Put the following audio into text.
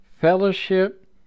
fellowship